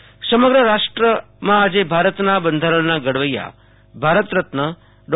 આંબેડકર જયંતિ સમગ્ર રાષ્ટ્રમાં આજે ભારતના બંધારણના ઘડવૈયા ભારતરત્ન ડો